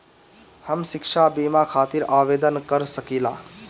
हम शिक्षा बीमा खातिर आवेदन कर सकिला?